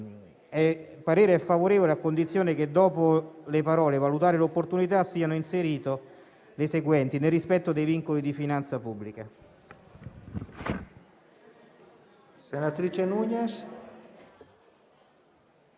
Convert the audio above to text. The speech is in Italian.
parere favorevole a condizione che, dopo le parole «a valutare l'opportunità», siano inserite le seguenti «nel rispetto dei vincoli di finanza pubblica».